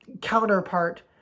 counterpart